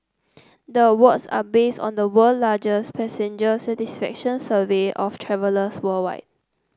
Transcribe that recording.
the awards are based on the world largest passenger satisfaction survey of travellers worldwide